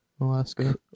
Alaska